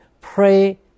pray